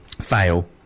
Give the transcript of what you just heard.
Fail